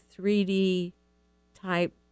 3D-type